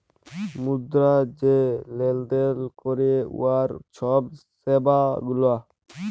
মুদ্রা যে লেলদেল ক্যরে উয়ার ছব সেবা গুলা